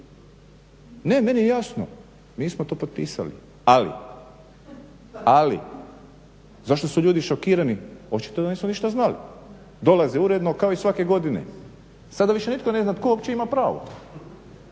Ne, meni je jasno, mi smo to potpisali, ali zašto su ljudi šokirani, očito da nisu ništa znali. Dolaze uredno kao i svake godine. sada više nitko ne zna tko uopće ima pravo,